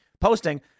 posting